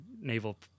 naval